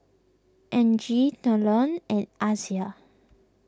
Angie Deion and Asia